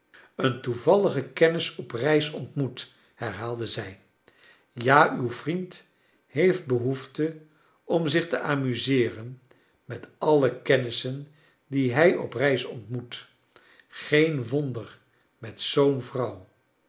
een toevallige kennis op reis ontmoet herhaalde zij ja uw vriend heeft behoefte om zich te amuseeren met alle kennissen die hij op reis ontmoet geen wonder met zoo'n